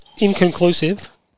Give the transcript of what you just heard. Inconclusive